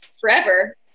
forever